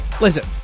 listen